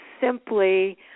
simply